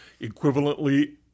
equivalently